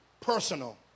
personal